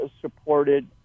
supported